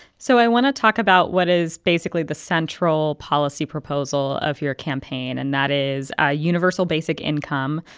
so i want to talk about what is basically the central policy proposal of your campaign, and that is ah universal basic income,